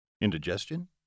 Indigestion